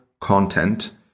content